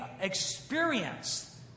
experience